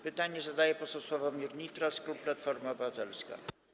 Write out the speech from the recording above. Pytanie zadaje poseł Sławomir Nitras, klub Platforma Obywatelska.